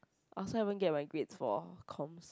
I also haven't get my grades for comms